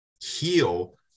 heal